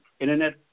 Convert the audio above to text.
Internet